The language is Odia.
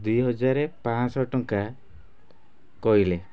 ଦୁଇ ହଜାର ପାଞ୍ଚଶହ ଟଙ୍କା କହିଲେ